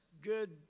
good